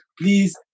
please